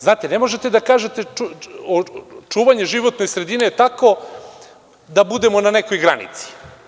Znate, ne možete da kažete, čuvanje životne sredine je tako da budemo na nekoj granici.